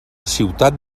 ciutat